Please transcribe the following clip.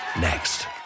Next